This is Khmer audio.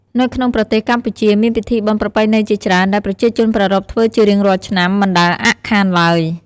នៅក្នុងប្រទេសកម្ពុជាមានពិធីបុណ្យប្រពៃណីជាច្រើនដែលប្រជាជនប្រារព្ធធ្វើជារៀងរាល់ឆ្នាំមិនដែលអាក់ខានឡើយ។